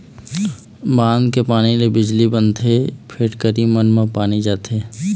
बांध के पानी ले बिजली बनथे, फेकटरी मन म पानी जाथे